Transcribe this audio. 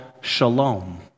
shalom